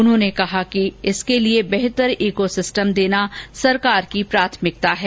उन्होंने कहा कि इसके लिए बेहतर ईको सिस्टम देना सरकार की प्राथमिकता है